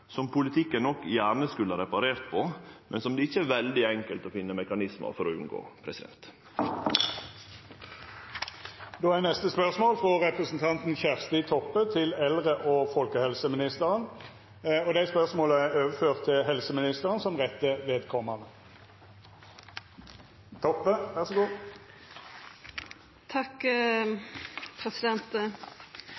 som politikken nok gjerne skulle reparert på, men som det ikkje er veldig enkelt å finne mekanismar for å unngå. Dette spørsmålet, frå Kjersti Toppe til eldre- og folkehelseministeren, er overført til helseministeren som rette